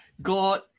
God